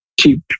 cheap